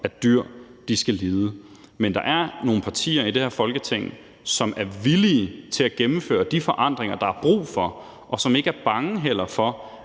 at dyr skal lide. Men der er nogle partier i det her Folketing, som er villige til at gennemføre de forandringer, der er brug for, og som heller ikke er bange for